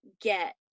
get